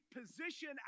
position